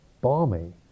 balmy